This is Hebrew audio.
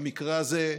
במקרה הזה,